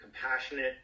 compassionate